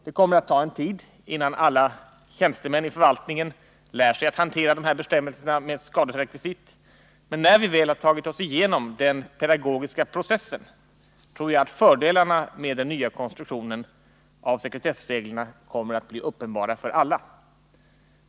Det kommer att ta en tid innan alla tjänstemän i förvaltningen lärt sig att hantera de här bestämmelserna med skaderekvisit, men när vi väl har tagit oss igenom den pedagogiska processen tror jag att fördelarna med den nya konstruktionen av sekretessreglerna kommer att bli uppenbara för alla.